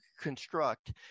construct